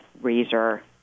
razor